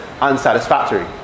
unsatisfactory